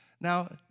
Now